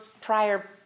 prior